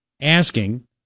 asking